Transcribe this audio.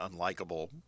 unlikable